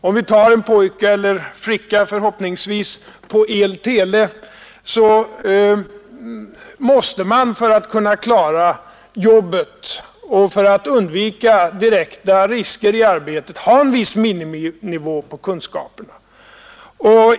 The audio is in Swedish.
Om vi tar en pojke eller flicka — förhoppningsvis — på el-tele mäste man för att kunna klara jobbet och för att undvika direkta risker i arbetet ha en viss minimumnivä på kunskaperna.